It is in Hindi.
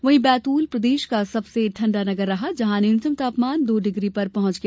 वहीं बैतूल प्रदेश का सबसे ठंडा नगर रहा जहां न्यूनतम तापमान दो डिग्री पर पहुंच गया